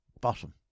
bottom